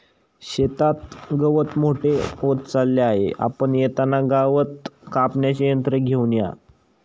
शेतात गवत मोठे होत चालले आहे, आपण येताना गवत कापण्याचे यंत्र घेऊन या